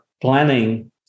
planning